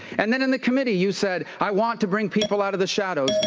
and then in the committee, you said, i want to bring people out of the shadows.